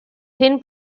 thin